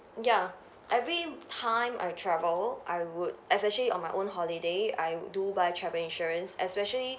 ya every time I travel I would especially on my own holiday I do buy travel insurance especially